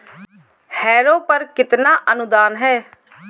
Harrow पर कितना अनुदान है?